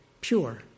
pure